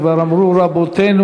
כבר אמרו רבותינו: